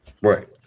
right